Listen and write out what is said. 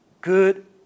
good